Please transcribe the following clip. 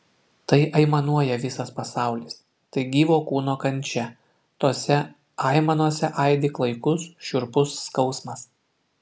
tai aimanuoja visas pasaulis tai gyvo kūno kančia tose aimanose aidi klaikus šiurpus skausmas